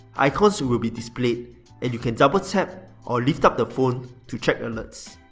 icons so will be displayed and you can double tap or lift up the phone to check alerts.